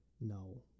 no